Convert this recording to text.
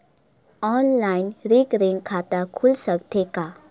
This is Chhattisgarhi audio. ऑनलाइन रिकरिंग खाता खुल सकथे का?